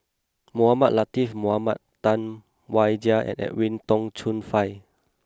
Mohamed Latiff Mohamed Tam Wai Jia and Edwin Tong Chun Fai